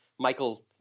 Michael